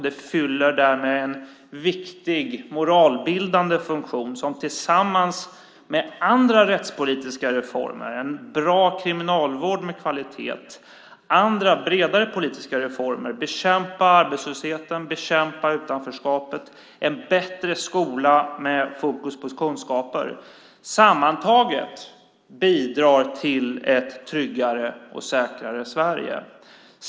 Det fyller därmed en viktig moralbildande funktion som tillsammans med andra rättspolitiska reformer, som en bra kriminalvård med kvalitet, och andra bredare politiska reformer, som att bekämpa arbetslösheten och utanförskapet och skapa en bättre skola, sammantaget bidrar till ett tryggare och säkrare Sverige.